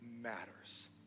matters